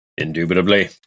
Indubitably